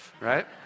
Right